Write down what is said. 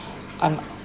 I'm